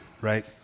right